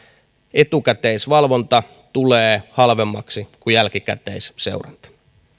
etukäteisvalvonta tulee halvemmaksi kuin jälkikäteisseuranta